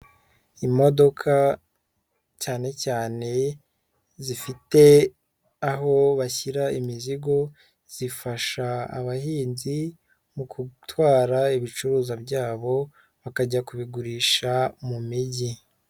Imodoka cyane cyane zifite aho bashyira imizigo, zifasha abahinzi mu gutwara ibicuruzwa byabo bakajya kubigurisha mu mijyi.